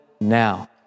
now